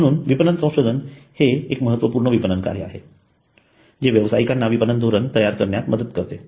म्हणून विपणन संशोधन हे महत्त्वपूर्ण विपणन कार्य आहे जे व्यवसाईकांना विपणन धोरण तयार करण्यात मदत करते